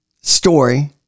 story